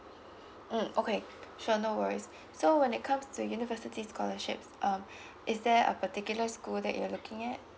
mm okay sure no worries so when it comes to university scholarships uh is there a particular school that you're looking at